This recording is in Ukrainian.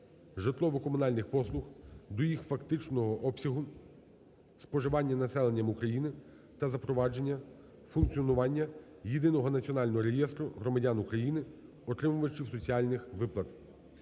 житлово-комунальних послуг до їх фактичного обсягу споживання населенням України та запровадження функціонування Єдиного Національного реєстру громадян України - отримувачів соціальних виплат.